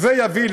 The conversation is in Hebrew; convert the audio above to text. וזה יביא,